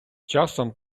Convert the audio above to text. часом